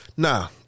Nah